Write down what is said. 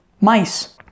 mice